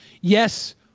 yes